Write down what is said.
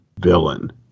villain